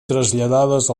traslladades